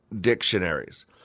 dictionaries